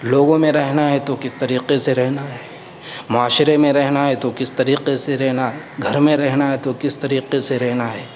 لوگوں میں رہنا ہے تو کس طریقے سے رہنا ہے معاشرے میں رہنا ہے تو کس طریقے سے رہنا ہے گھر میں رہنا ہے تو کس طریقے سے رہنا ہے